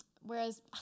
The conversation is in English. Whereas